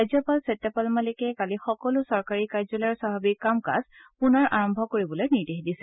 ৰাজ্যপাল সত্যপাল মালিকে কালি সকলো চৰকাৰী কাৰ্যালয়ৰ স্বাভাৱিক কাম কাজ পুনৰ আৰম্ভ কৰিবলৈ নিৰ্দেশ দিছিল